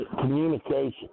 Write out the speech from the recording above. Communication